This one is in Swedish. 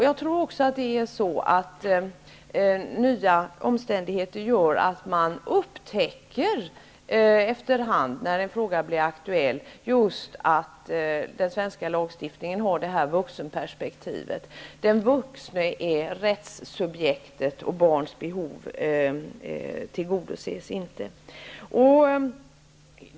Jag tror också att nya omständigheter gör att man efter hand när en fråga blir aktuell upptäcker just att den svenska lagstiftningen har ett vuxenperspektiv. Den vuxne är rättssubjektet, och barns behov tillgodoses inte.